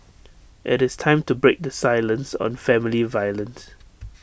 IT is time to break the silence on family violence